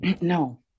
No